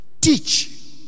teach